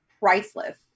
priceless